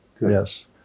yes